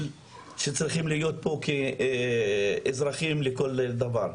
שהם צריכים להיות פה כאזרחים לכל דבר.